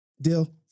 Deal